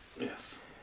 Yes